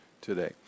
today